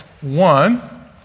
One